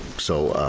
so.